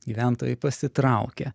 gyventojai pasitraukia